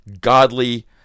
godly